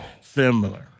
similar